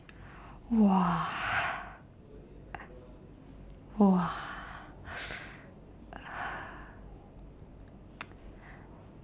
!wah! !wah!